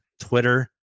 Twitter